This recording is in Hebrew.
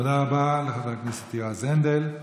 תודה רבה לחבר הכנסת יועז הנדל.